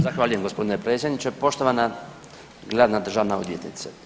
Zahvaljujem gospodine predsjedniče, poštovana glavna državna odvjetnice.